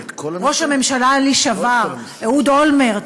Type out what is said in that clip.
ראש הממשלה לשעבר אהוד אולמרט,